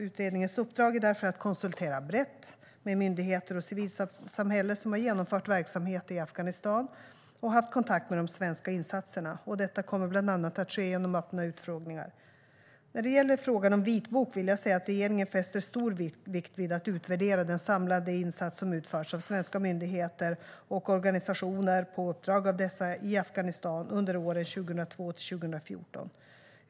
Utredningens uppdrag är därför att brett konsultera myndigheter och civilsamhälle som har genomfört verksamhet i Afghanistan och haft kontakt med de svenska insatserna. Detta kommer bland annat att ske genom öppna utfrågningar. När det gäller frågan om vitbok fäster regeringen stor vikt vid att utvärdera den samlade insats som har utförts av svenska myndigheter, och organisationer på uppdrag av dessa, i Afghanistan under åren 2002-2014.